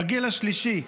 בגיל השלישי.